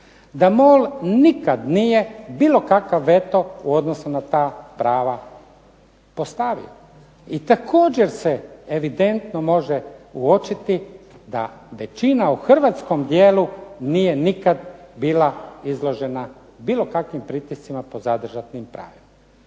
da MOL nikad nije bilo kakav veto u odnosu na ta prava postavio. I također se evidentno može uočiti da većina u hrvatskom dijelu nije nikad bila izložena bilo kakvim pritiscima po zadržanim pravima